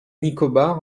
nicobar